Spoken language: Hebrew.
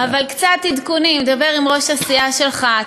אבל קצת עדכונים: דבר עם ראש הסיעה שלך,